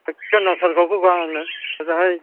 एखे नांथारगौखा आंनो मोजाङै